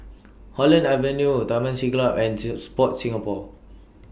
Holland Avenue Taman Siglap and till Sport Singapore